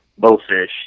bowfish